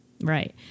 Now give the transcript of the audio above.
Right